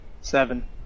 seven